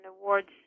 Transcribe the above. awards